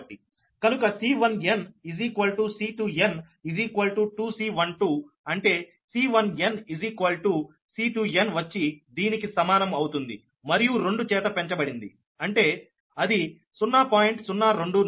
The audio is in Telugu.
కనుక C1n C2n 2 C12 అంటే C1n C2n వచ్చి దీనికి సమానం అవుతుంది మరియు రెండు చేత పెంచబడింది అంటే అది 0